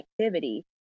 activity